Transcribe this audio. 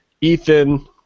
Ethan